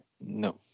No